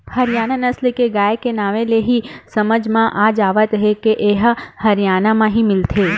हरियाना नसल के गाय के नांवे ले ही समझ म आ जावत हे के ए ह हरयाना म ही मिलथे